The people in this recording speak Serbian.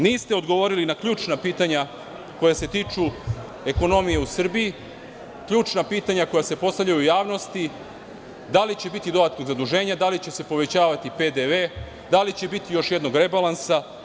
Niste odgovorili na ključna pitanja koja se tiču ekonomije u Srbiji, ključna pitanja koja se postavljaju u javnosti – da li će biti dodatnih zaduženja, da li će se povećavati PDV, da li će biti još jednog rebalansa?